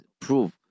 prove